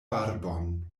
barbon